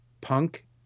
punk